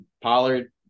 Pollard